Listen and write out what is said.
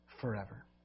forever